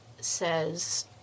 says